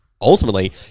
ultimately